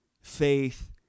faith